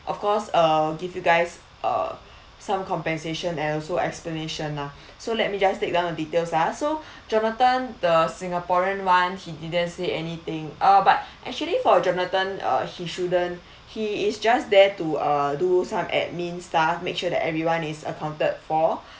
of course uh give you guys uh some compensation and also explanation ah so let me just take down the details ah so jonathan the singaporean [one] he didn't say anything uh but actually for jonathan uh he shouldn't he is just there to uh do some admin stuff make sure that everyone is accounted for